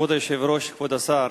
כבוד היושב-ראש, כבוד השר,